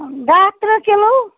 داہ ترٕٛہ کِلوٗ